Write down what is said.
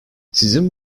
sizin